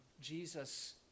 Jesus